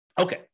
Okay